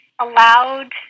allowed